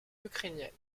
ukrainienne